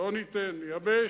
לא ניתן, נייבש,